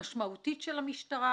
משמעותית של המשטרה,